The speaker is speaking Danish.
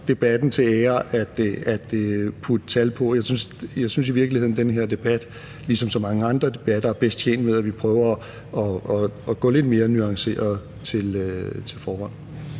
debatten til ære at putte tal på. Jeg synes i virkeligheden, at den her debat ligesom så mange andre debatter er bedst tjent med, at vi prøver at gå lidt mere nuanceret til forholdene.